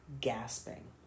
gasping